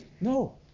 No